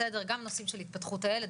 גם נושאים של התפתחות הילד,